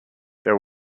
there